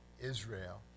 Israel